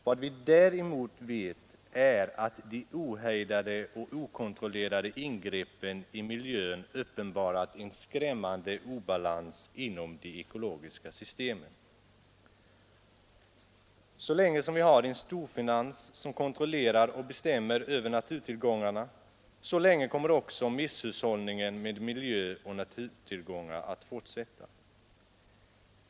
Vad vi däremot vet är att de ohejdade och okontrollerade ingreppen i miljön uppenbarat en skrämmande obalans inom de ekologiska systemen Så länge vi har en storfinans som kontrollerar och bestämmer över naturtillgångarna, så länge kommer också misshushållningen med miljöoch naturtillgångar att fortsätta.